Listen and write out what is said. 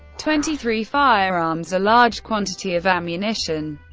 twenty-three firearms, a large quantity of ammunition,